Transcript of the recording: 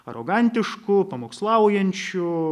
arogantišku pamokslaujančiu